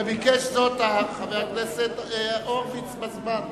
וחבר הכנסת הורוביץ ביקש זאת בזמן.